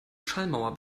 schallmauer